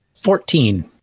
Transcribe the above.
Fourteen